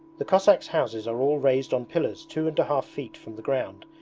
the cossacks' houses are all raised on pillars two and a half feet from the ground.